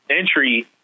Entry